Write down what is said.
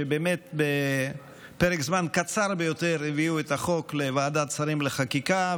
שבאמת בפרק זמן קצר ביותר הביאו את החוק לוועדת שרים לחקיקה,